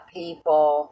people